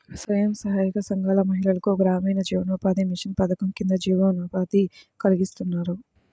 స్వయం సహాయక సంఘాల మహిళలకు గ్రామీణ జీవనోపాధి మిషన్ పథకం కింద జీవనోపాధి కల్పిస్తున్నారు